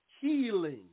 healing